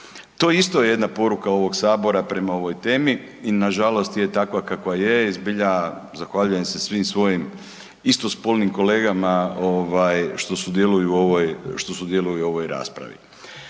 To isto je jedna poruka ovog sabora prema ovoj temi i nažalost je takva kakva je. Zbilja zahvaljujem se svim svojim istospolnim kolegama ovaj što sudjeluju u ovoj,